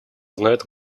знает